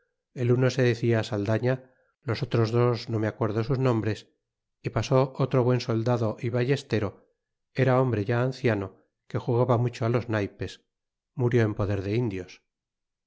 el uno se decia saldaña los otros dos no me acuerdo sus nombres é pasó otro buen soldado ballestero era hombre ya anciano que jugaba mucho á los naypes murió en poder de indios